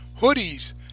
hoodies